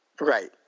Right